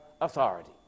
authority